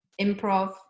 improv